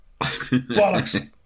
Bollocks